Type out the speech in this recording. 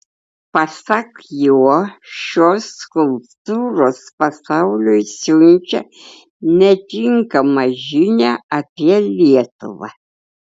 pasak jo šios skulptūros pasauliui siunčia netinkamą žinią apie lietuvą